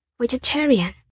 vegetarian